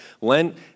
Lent